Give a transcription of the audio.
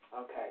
okay